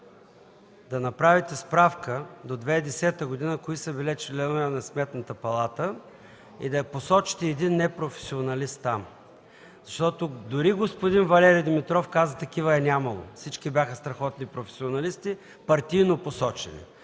да направите справка до 2010 г. кои са били членове на Сметната палата и да посочите един непрофесионалист там. Дори господин Валери Димитров каза, че такива е нямало, всички са били страхотни професионалисти, партийно посочени.